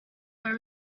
were